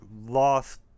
lost